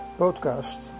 podcast